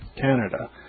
Canada